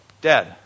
dead